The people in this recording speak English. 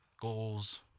goals